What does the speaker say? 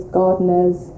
gardeners